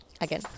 Again